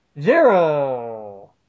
Zero